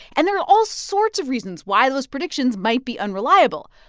and there are all sorts of reasons why those predictions might be unreliable,